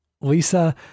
Lisa